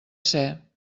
ser